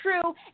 true